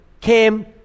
came